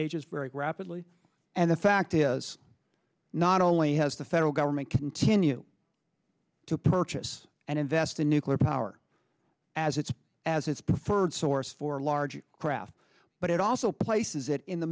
is very rapidly and the fact is not only has the federal government continue to purchase and invest in nuclear power as its as its preferred source for large craft but it also places it in the